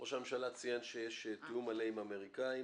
ראש הממשלה ציין שיש תיאום מלא עם האמריקאים